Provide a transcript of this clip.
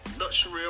luxury